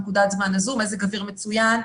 בנקודת הזמן הזאת מזג האוויר מצוין,